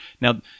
now